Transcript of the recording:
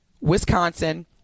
Wisconsin